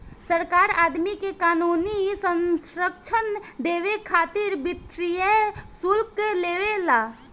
सरकार आदमी के क़ानूनी संरक्षण देबे खातिर वित्तीय शुल्क लेवे ला